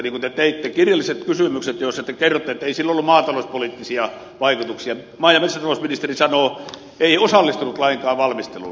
kirjallisissa kysymyksissä joissa te kerrotte että ei sillä ollut maatalouspoliittisia vaikutuksia maa ja metsätalousministeri sanoo ettei osallistunut lainkaan valmisteluun